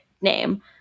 name